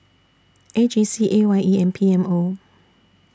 A G C A Y E and P M O